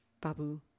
Babu